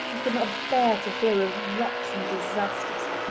and could not bear to hear of wrecks and disasters.